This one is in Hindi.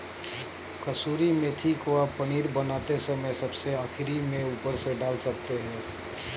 कसूरी मेथी को आप पनीर बनाते समय सबसे आखिरी में ऊपर से डाल सकते हैं